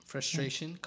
Frustration